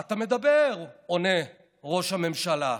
מה אתה מדבר, עונה ראש הממשלה,